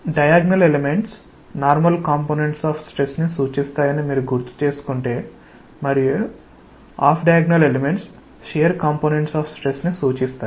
diagonal elements normal components of stress ని సూచిస్తాయని మీరు గుర్తుచేసుకుంటే మరియు of diagonal elements shear components of stress ను సూచిస్తాయి